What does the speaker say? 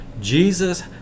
Jesus